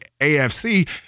AFC